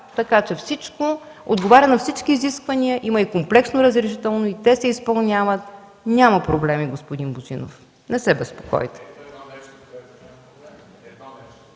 така че всичко отговаря на всички изисквания. Има и комплексно разрешително и се изпълнява. Няма проблеми, господин Божинов, не се безпокойте.